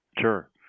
Sure